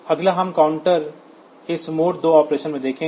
अगला हम काउंटर के इस मोड 2 ऑपरेशन में देखेंगे